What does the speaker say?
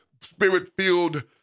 spirit-filled